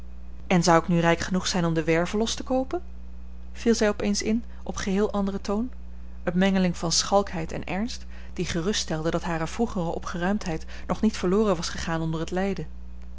en zou ik nu rijk genoeg zijn om de werve los te koopen viel zij op eens in op geheel anderen toon eene mengeling van schalkheid en ernst die geruststelde dat hare vroegere opgeruimdheid nog niet verloren was gegaan onder het lijden